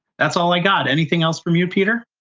that's all i got. anything else for me to peter?